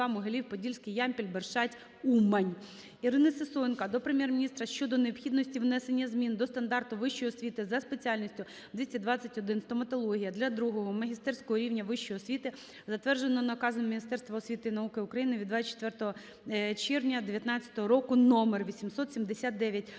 Могилів-Подільський-Ямпіль-Бершадь-Умань. Ірини Сисоєнко до Прем'єр-міністра щодо необхідності внесення змін до Стандарту вищої освіти за спеціальністю 221 "Стоматологія" для другого (магістерського) рівня вищої освіти, затвердженого наказом Міністерства освіти і науки України від 24 червня 19-го року № 879.